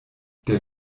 der